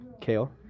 Kale